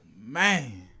man